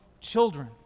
children